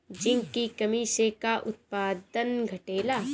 Zinc की कमी से का उत्पादन घटेला?